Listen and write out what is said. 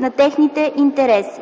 на техните интереси.